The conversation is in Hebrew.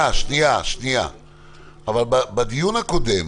אבל בדיון הקודם